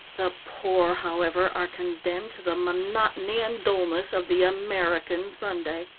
the poor, however, are condemned to the monotony and dullness of the american sunday.